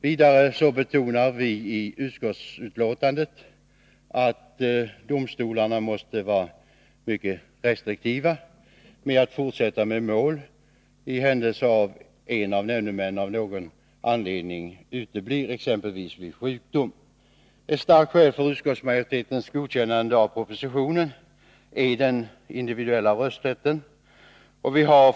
Vidare betonar vi i utskottsbetänkandet att domstolarna måste vara mycket restriktiva med att fortsätta ett mål i händelse av att en nämndeman av någon anledning uteblir, t.ex. på grund av sjukdom. Ett starkt skäl för utskottsmajoritetens godkännande av propositionen är också den individuella rösträtten.